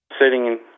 sitting